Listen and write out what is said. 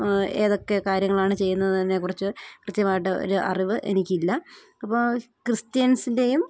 ഏതൊക്കെ കാര്യങ്ങളാണ് ചെയ്യുന്നതെന്നതിനെക്കുറിച്ച് കൃത്യമായിട്ടൊരു അറിവ് എനിക്കില്ല അപ്പോള് ക്രിസ്ത്യൻസിൻ്റെയും